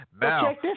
Now